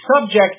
subject